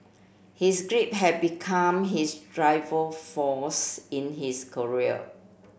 his grief had become his force in his career